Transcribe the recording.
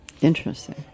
Interesting